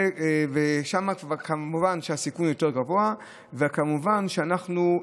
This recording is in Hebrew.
שם כמובן הסיכון יותר גבוה, וכמובן שאנחנו,